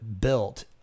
built